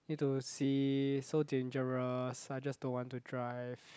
need to see so dangerous I just don't want to drive